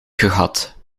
gehad